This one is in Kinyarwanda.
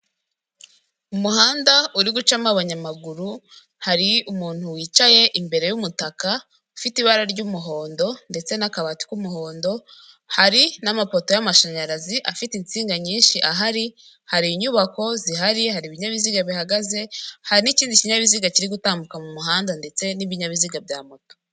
Umuhanda uri gucamo abanyamaguru, hari umuntu wicaye imbere y'umutaka ufite ibara ry'umuhondo ndetse n'akabati k'umuhondo, hari n'amapoto y'amashanyarazi afite insinga nyinshi, aho ari hari inyubako zihari, hari ibinyabiziga bihagaze, hari n'ikindi kinyabiziga kiri gutambuka mu muhanda, ndetse n'ibinyabiziga bya moto.